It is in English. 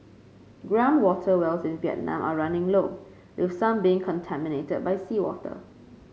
ground water wells in Vietnam are running low with some being contaminated by seawater